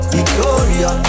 Victoria